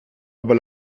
aber